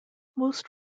most